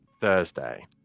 thursday